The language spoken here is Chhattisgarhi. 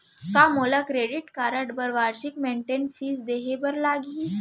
का मोला क्रेडिट कारड बर वार्षिक मेंटेनेंस फीस देहे बर लागही?